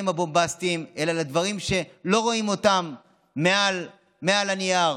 הבומבסטיים אלא על הדברים שלא רואים מעל הנייר,